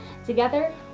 Together